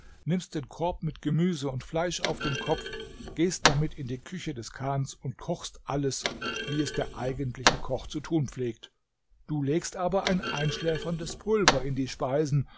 nimmst den korb mit gemüse und fleisch auf den kopf gehst damit in die küche des chans und kochst alles wie es der eigentliche koch zu tun pflegt du legst aber ein einschläferndes pulver in die speisen